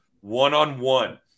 one-on-one